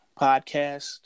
podcast